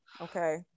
okay